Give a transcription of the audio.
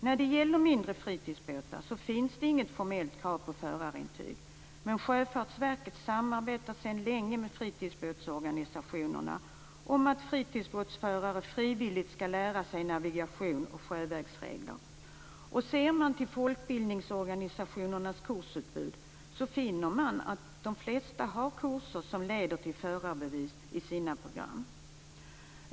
När det gäller mindre fritidsbåtar finns det inget formellt krav på förarintyg, men Sjöfartsverket samarbetar sedan länge med fritidsbåtsorganisationerna om att fritidsbåtförare frivilligt skall lära sig navigation och sjövägsregler. Ser man till folkbildningsorganisationernas kursutbud, finner man att de flesta har kurser som leder till förarbevis i sina program.